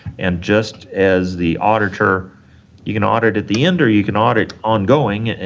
and just as the auditor you can audit at the end, or you can audit ongoing,